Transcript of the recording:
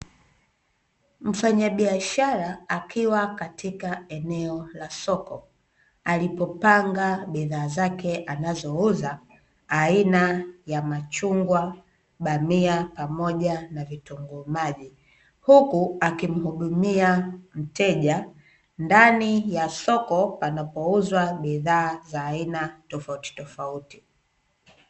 Mfanyabiashara akiwa katika eneo la soko, alipopanga bidhaa zake anazouza, aina ya machungwa, bamia, pamoja na vitunguu maji; huku akimhudumia mteja ndani ya soko panapouzwa bidhaa za aina tofautitofauti.